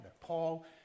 Paul